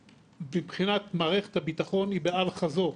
מבחינת יציאת מערכת הביטחון היא באל-חזור.